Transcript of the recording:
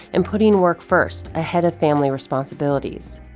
and putting work first, ahead of family responsibilities.